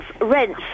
rents